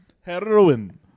heroin